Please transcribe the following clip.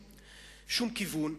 אין כאן שום כיוון.